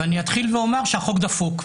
ואני אתחיל ואומר שהחוק דפוק.